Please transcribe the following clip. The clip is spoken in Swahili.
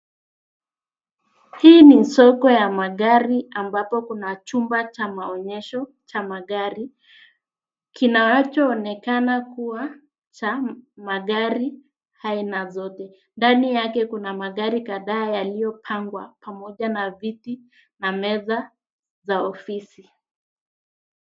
Hii ni soko ya magari ambapo kuna chumba cha maonyesho cha magari, kinachoonekana kua cha magari aina zote. Ndani yake kuna magari kadhaa yaliyopangwa pamoja na viti na meza za ofisi.